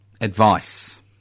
advice